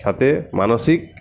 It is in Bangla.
সাথে মানসিক